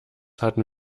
hatten